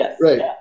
right